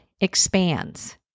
expands